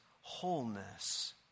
wholeness